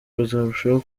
bazarushaho